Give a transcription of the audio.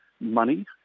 money